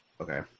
Okay